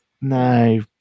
no